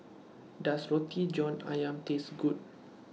Does Roti John Ayam Taste Good